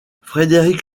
frédéric